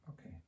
Okay